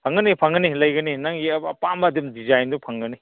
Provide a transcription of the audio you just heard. ꯐꯒꯅꯤ ꯐꯒꯅꯤ ꯂꯩꯒꯅꯤ ꯅꯪꯒꯤ ꯑꯄꯥꯝꯕ ꯑꯗꯨꯝ ꯗꯤꯖꯥꯏꯟꯗꯨ ꯐꯪꯒꯅꯤ